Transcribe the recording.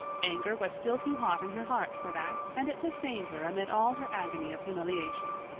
anger was still too hot in her heart for that and it sustained her amid all her agony of humiliation.